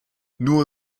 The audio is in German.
nur